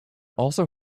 also